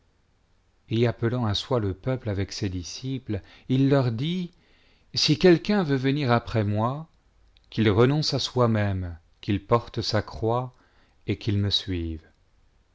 appelant à soi le peuple avec ses disciples il leur dit si quelqu'un veut venir après moi qu'il renonce à soimême qu'il porte sa croix et qu'il me suive